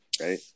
Right